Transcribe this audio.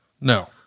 No